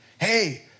Hey